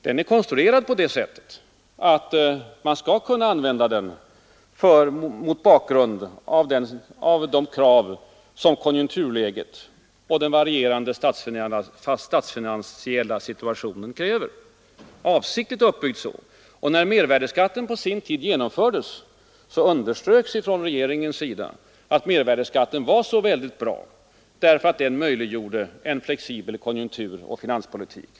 Den konstruktionen har man valt för att skatten skall kunna användas så som konjunkturläget och den varierande statsfinansiella situationen kräver. Den är avsiktligt uppbyggd på det sättet. Och när mervärdeskatten på sin tid genomfördes underströk man från regeringen att skatten var så bra därför att den möjliggjorde en flexibel konjunkturoch finanspolitik.